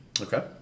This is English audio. Okay